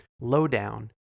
Lowdown